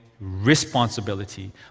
responsibility